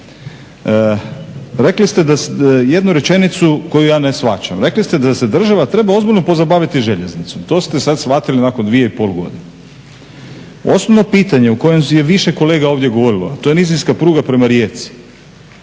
Rekli ste da se država treba ozbiljno pozabaviti željeznicom. To ste sad shvatili nakon dvije i pol godine. Osnovno pitanje o kojem je više kolega ovdje govorilo, a to je nizinska pruga prema Rijeci